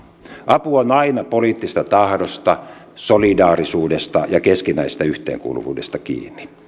apu on aina poliittisesta tahdosta solidaarisuudesta ja keskinäisestä yhteenkuuluvuudesta kiinni